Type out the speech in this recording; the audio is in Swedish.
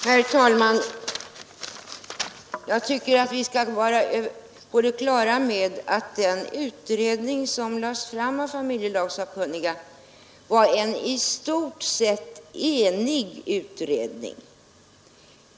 Herr talman! Jag tycker vi skall vara på det klara med att betänkandet från familjelagssakkunniga lagts fram av en i stort sett enig utredning.